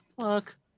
fuck